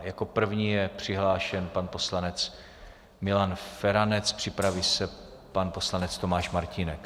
Jako první je přihlášen pan poslanec Milan Feranec, připraví se pan poslanec Tomáš Martínek.